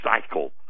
cycle